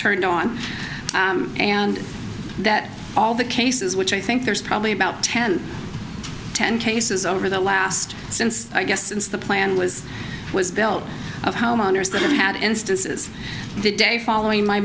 turned on and that all the cases which i think there's probably about ten ten cases over the last since i guess since the plan was was built of homeowners that had instances the day following my